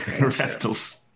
Reptiles